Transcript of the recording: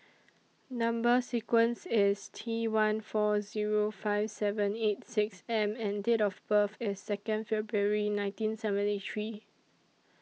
Number sequence IS T one four Zero five seven eight six M and Date of birth IS Second February nineteen seventy three